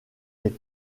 est